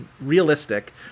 realistic